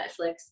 Netflix